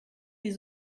sie